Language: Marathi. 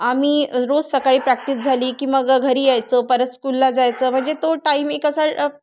आम्ही रोज सकाळी प्रॅक्टिस झाली की मग घरी यायचो परत स्कूलला जायचं म्हणजे तो टाईम एक असा